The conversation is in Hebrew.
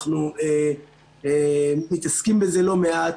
אנחנו מתעסקים בזה לא מעט.